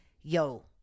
yo